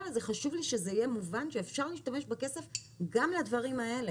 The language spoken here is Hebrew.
חשוב לי שזה יהיה מובן שאפשר להשתמש בכסף גם לדברים האלה.